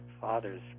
father's